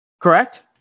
Correct